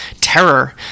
terror